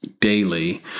daily